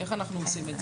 איך אנחנו עושים את זה?